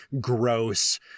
gross